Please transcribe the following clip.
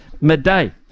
midday